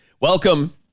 Welcome